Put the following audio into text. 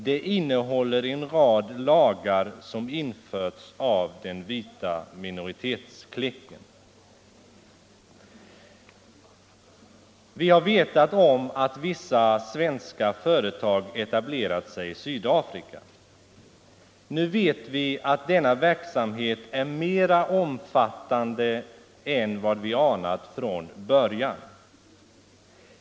Det innehåller en rad lagar som införts av den vita minoritetsklicken. Vi har vetat om att vissa svenska företag etablerat sig i Sydafrika. Nu vet vi att denna verksamhet är mer omfattande än vad vi anat från början.